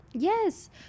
yes